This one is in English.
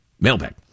Mailbag